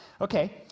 Okay